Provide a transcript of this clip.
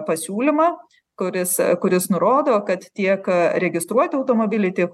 pasiūlymą kuris kuris nurodo kad tiek registruoti automobiliai tiek